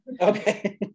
Okay